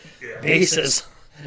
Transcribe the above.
bases